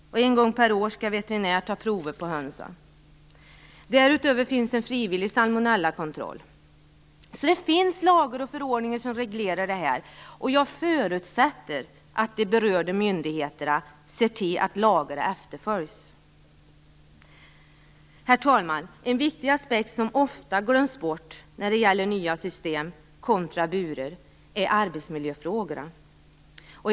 En gång per år skall en veterinär ta prover på hönsen. Därutöver finns en frivillig salmonellakontroll. Det finns lagar och förordningar som reglerar dessa frågor, och jag förutsätter att de berörda myndigheterna ser till att lagarna efterföljs. Herr talman! En viktig aspekt som ofta glöms bort när det gäller nya system kontra burar är arbetsmiljöfrågan.